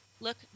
Look